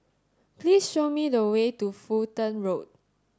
please show me the way to Fulton Road